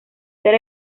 ser